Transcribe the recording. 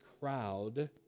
crowd